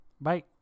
Bye